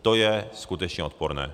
To je skutečně odporné.